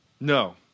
No